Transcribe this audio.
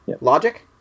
logic